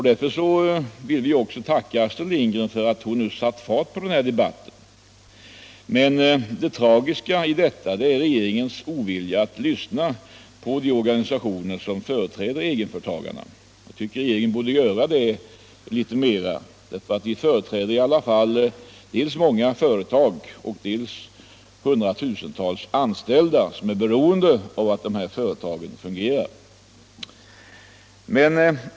Därför vill vi nu tacka Astrid Lindgren för att hon har satt fart på den debatten. Det tragiska är regeringens ovilja att lyssna på de organisationer som företräder egenföretagarna. Vi tycker att regeringen borde lyssna mera på dem, eftersom de i alla fall företräder dels många företag, dels hundratusentals anställda, som är beroende av att de här företagen fungerar.